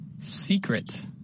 Secret